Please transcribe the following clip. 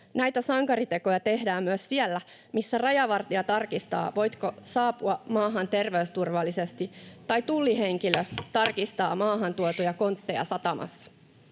Näitä sankaritekoja tehdään myös siellä, missä rajavartija tarkistaa, voitko saapua maahan terveysturvallisesti, tai tullihenkilö tarkistaa maahan tuotuja kontteja satamassa.